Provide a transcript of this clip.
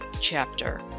chapter